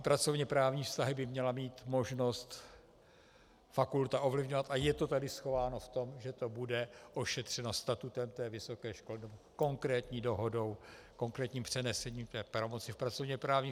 Pracovněprávní vztahy by měla mít možnost fakulta ovlivňovat a je to tady schováno v tom, že to bude ošetřeno statutem vysoké školy, konkrétní dohodou, konkrétním přenesení té pravomoci v pracovněprávních vztazích.